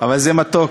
אבל זה מתוק.